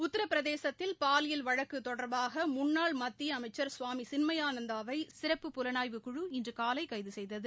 உத்திரபிரதேசத்தில் பாலியல் வழக்கு தொடர்பாக முன்னாள் மத்திய அமைச்சர் சுவாமி சின்மயானந்தாவை சிறப்பு புலனாய்வுக் குழு இன்று காலை கைது செய்தது